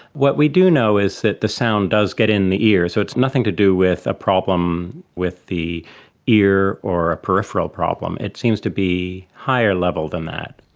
what we do know is that the sound does get in the ear. so it's nothing to do with a problem with the ear or a peripheral problem, it seems to be a higher level than that.